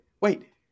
wait